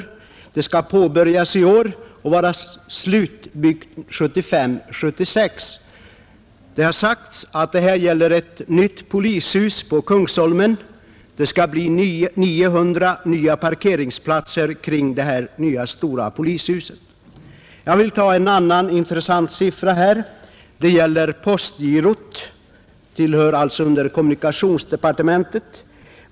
Den skall påbörjas i år och vara slutbyggd 1975/76. Det har sagts att det gäller ett nytt polishus på Kungsholmen, och det skall bli 900 nya parkeringsplatser kring det här nya stora polishuset. En annan intressant siffra gäller postgirot, och frågan hör alltså under kommunikationsdepartementet.